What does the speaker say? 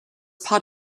part